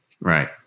Right